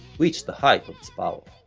reached the height of its power.